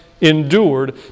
endured